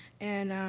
and,